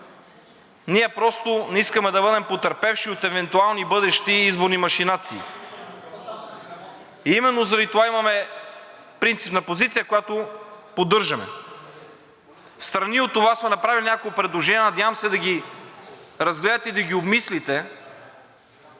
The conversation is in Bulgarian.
Ние просто не искаме да бъдем потърпевши от евентуални бъдещи изборни машинации. Именно заради това имаме принципна позиция, която поддържаме. Встрани от това сме направили няколко предложения. Надявам се да ги разгледате и да ги обмислите